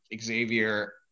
Xavier –